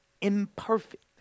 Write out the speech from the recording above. Imperfect